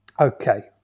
Okay